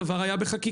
הדבר היה בחקיקה.